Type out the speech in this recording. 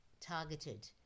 targeted